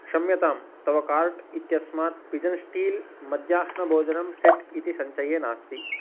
क्षम्यताम् तव कार्ट् इत्यस्मात् पिजन् स्टील् मध्याह्नभोजनं सेट् इति सञ्चये नास्ति